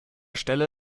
stelle